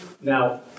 Now